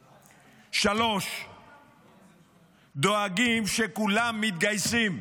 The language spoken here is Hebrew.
3. דואגים לכך שכולם מתגייסים,